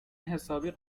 حسابی